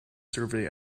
survey